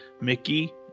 Mickey